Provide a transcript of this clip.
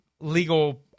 legal